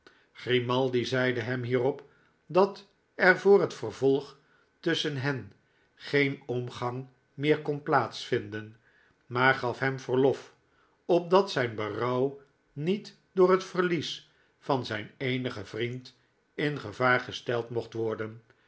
grimaldi zeide hem hierop dat er voor het vervolg tusschen hen geen omgang meer kon plaats vinden maar gaf hem verlof opdat zijn berouw niet door hetverlies van zijn eenigen vriend in gevaar gesteld mocht worden